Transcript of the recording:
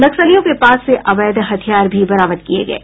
नक्सलियों के पास से अवैध हथियार भी बरामद किये गये